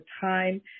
time